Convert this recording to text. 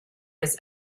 his